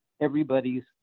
everybody's